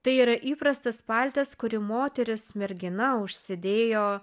tai yra įprastas paltas kurį moteris mergina užsidėjo